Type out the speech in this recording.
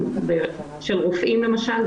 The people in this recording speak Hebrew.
של רופאים למשל,